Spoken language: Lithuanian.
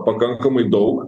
pakankamai daug